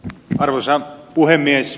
arvoisa puhemies